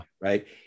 Right